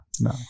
No